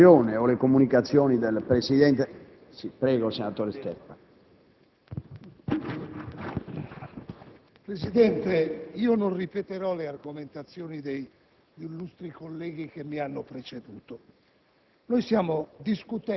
Presidente, non ripeterò le argomentazioni già svolte dagli illustri colleghi che mi hanno preceduto.